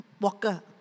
Walker